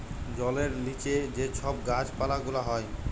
জলের লিচে যে ছব গাহাচ পালা গুলা হ্যয়